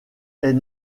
est